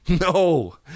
no